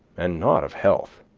and not of health.